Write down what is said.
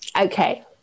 okay